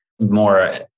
more